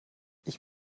ich